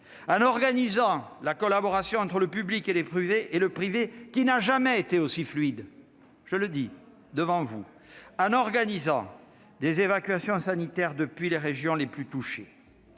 en organisant la collaboration entre le public et le privé, qui n'a jamais été aussi fluide, j'y insiste ; en organisant des évacuations sanitaires depuis les régions les plus touchées.